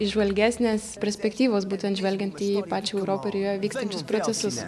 įžvalgesnės perspektyvos būtent žvelgiant į pačią europą ir joje vykstančius procesus